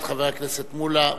את חבר הכנסת מולה,